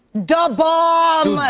da bomb!